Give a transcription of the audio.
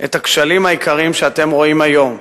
את הכשלים העיקריים שאתם רואים היום.